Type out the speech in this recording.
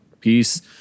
peace